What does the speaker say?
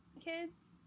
kids